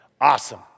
Awesome